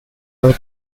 are